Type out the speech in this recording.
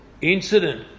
incident